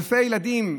אלפי ילדים,